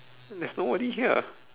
there's nobody here